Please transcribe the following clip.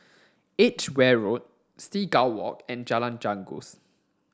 Edgeware Road Seagull Walk and Jalan Janggus